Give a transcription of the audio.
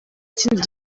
kindi